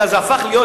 אלא זה הפך להיות,